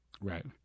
right